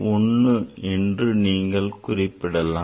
1 என்று நீங்கள் குறிப்பிடலாம்